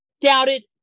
doubted